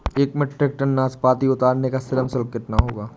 एक metric tonne नाशपाती उतारने का श्रम शुल्क कितना होगा?